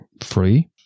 free